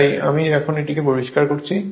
তাই আমি এখন এটি পরিষ্কার করছি